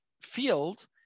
field